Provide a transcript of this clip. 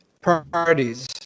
priorities